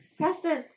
Preston